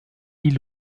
îles